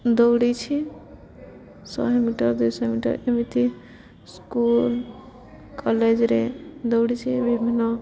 ଦୌଡ଼ିଛି ଶହେ ମିଟର ଦୁଇଶହ ମିଟର ଏମିତି ସ୍କୁଲ କଲେଜରେ ଦୌଡ଼ିଛି ବିଭିନ୍ନ